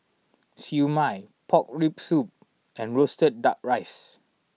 Siew Mai Pork Rib Soup and Roasted Duck Rice